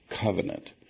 covenant